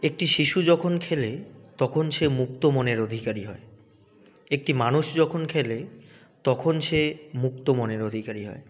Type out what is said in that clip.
একটি শিশু যখন খেলে তখন সে মুক্ত মনের অধিকারী হয় একটি মানুষ যখন খেলে তখন সে মুক্ত মনের অধিকারী হয়